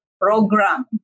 program